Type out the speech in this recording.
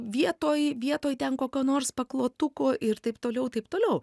vietoj vietoj ten kokio nors paklotuko ir toliau taip toliau